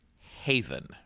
Haven